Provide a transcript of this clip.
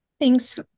Thanks